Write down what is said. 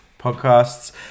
Podcasts